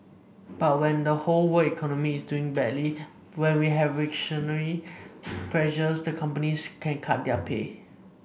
but when the whole week economy is doing badly when we have recessionary pressures the companies can cut their pay